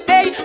Hey